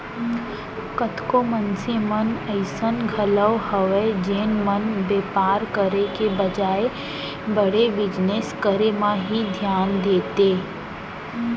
कतको मनसे मन अइसन घलौ हवय जेन मन बेपार करे के बजाय बड़े बिजनेस करे म ही धियान देथे